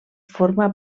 forma